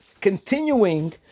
continuing